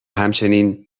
همچنین